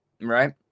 Right